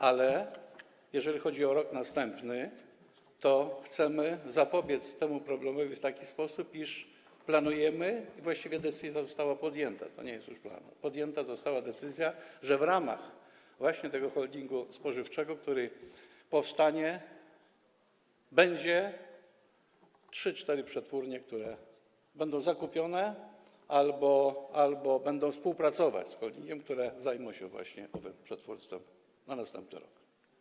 Ale jeżeli chodzi o następny rok, to chcemy zapobiec temu problemowi w taki sposób, iż planujemy - i właściwie decyzja została podjęta, to nie jest już planem - została podjęta decyzja, że w ramach właśnie tego holdingu spożywczego, który powstanie, będą trzy, cztery przetwórnie, które będą zakupione albo będą współpracować z holdingiem i które zajmą się właśnie owym przetwórstwem na następny rok.